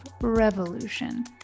revolution